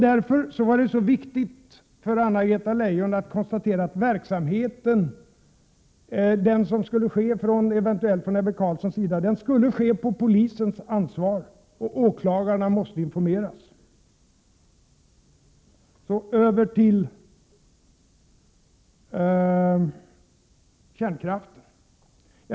Därför var det så viktigt för Anna-Greta Leijon att konstatera att den verksamhet som eventuellt skulle ske från Ebbe Carlssons sida skulle ske på polisens ansvar, och åklagarna måste informeras. Så över till kärnkraften.